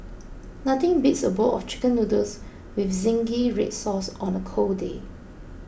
nothing beats a bowl of Chicken Noodles with Zingy Red Sauce on a cold day